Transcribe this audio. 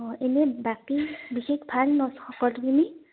অঁ এনেই বাকী বিশেষ ভাল নহ্ সকলোখিনি